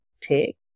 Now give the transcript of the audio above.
take